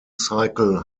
cycle